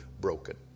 broken